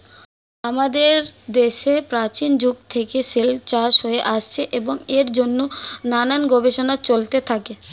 আমাদের দেশে প্রাচীন যুগ থেকে সিল্ক চাষ হয়ে আসছে এবং এর জন্যে নানান গবেষণা চলতে থাকে